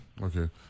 okay